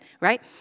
right